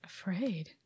afraid